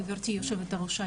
גברתי יושבת הראש,